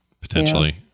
potentially